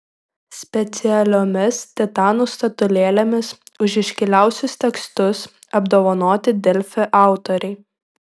specialiomis titanų statulėlėmis už iškiliausius tekstus apdovanoti delfi autoriai